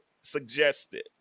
suggested